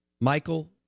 michael